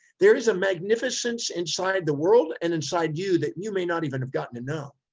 there is a magnificence inside the world and inside you that you may not even have gotten to know.